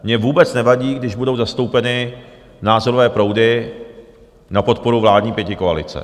Mně vůbec nevadí, když budou zastoupeny názorové proudy na podporu vládní pětikoalice.